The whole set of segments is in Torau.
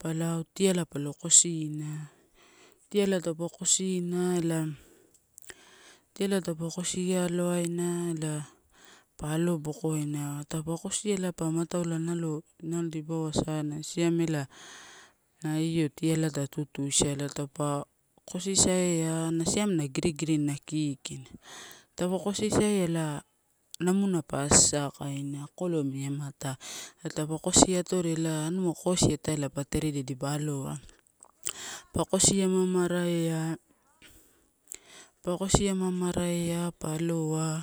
Pa lao tiala palo kosina, tiala taupa kosina elae, elae pa alobokoina. Taupa pa kosina elae pa mataueia nalo, nalo dipauwa sa na siamet la, na io tialai tatutuisala au kosisaia na siam na girigirin na kikina. Taupa kosisai elae namuna pa as akaina kokoleu amini amatai, ela taupa kosiateria la nua kosi ia ata eia pa tere dia dipa aloa. Pa kosi amamaraia pa aloa,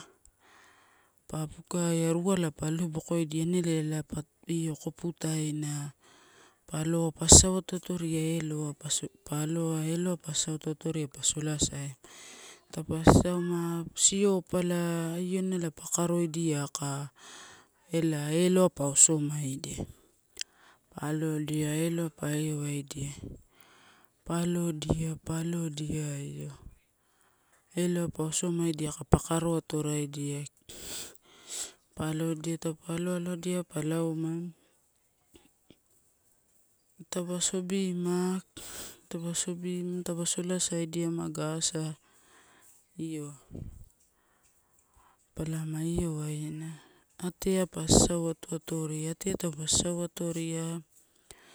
pa pukaia, ruala pa alobokoidia, enelela elae pa koputaina, pa aloa pa sasau ato ato ria eloai, pa aloa pa sasau to ato ria eloai, pa aloa eloai pa sasauato atoria pa solasai ama. Taupa sasauama siopala iona pa karoidia ka. Elae loai pa somaididia. Pa alodia eloai epa waidai pa allodia, pa alodia, eloai pa osomadia ka pa karo atoraidia pa alodia tauupa aloalo aidia pa lauma. Taupa sobima taupa solasaidiama aga asai lo palamo io waina, ateai pa sasau ato atoria.